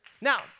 Now